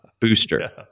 booster